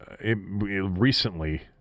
recently